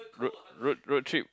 road road road trip